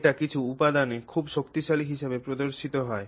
এটি কিছু উপাদানে খুব শক্তিশালী হিসাবে প্রদর্শিত হয়